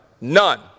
None